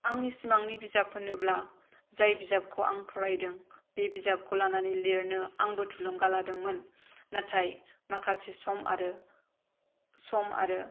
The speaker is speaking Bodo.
आंनि सिमांनि बिजाब होनोब्ला जाय बिजाबखौ आं फरायदों बे बिजाबखौ लानानै लिरनो आंबो थुलुंगा लादोंमोन नाथाय माखासे सम आरो सम आरो